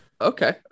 Okay